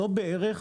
לא בערך,